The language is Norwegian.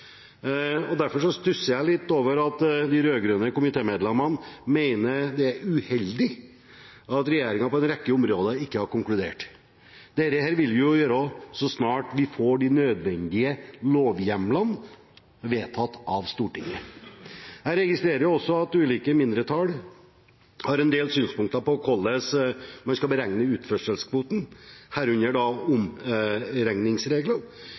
og derfor stusser jeg litt over at de rød-grønne komitémedlemmene mener det er uheldig at regjeringen på en rekke områder ikke har konkludert. Det vil vi jo gjøre så snart vi får de nødvendige lovhjemlene vedtatt av Stortinget. Jeg registrerer også at ulike mindretall har en del synspunkter på hvordan vi skal beregne utførselskvoten, herunder